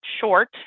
short